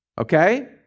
Okay